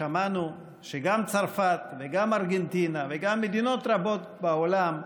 שמענו שגם צרפת וגם ארגנטינה וגם מדינות רבות בעולם "מספקות"